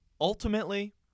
Ultimately